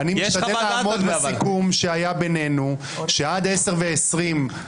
שתי דקות לרשות כל